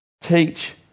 Teach